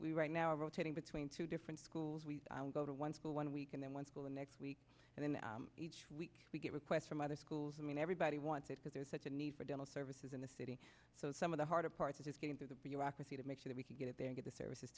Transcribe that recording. we right now are rotating between two different schools we go to one school one week and then one school next week and then each week we get requests from other schools i mean everybody wants it because there's such a need for dental services in the city so some of the harder part is getting through the bureaucracy to make sure that we can get there get the services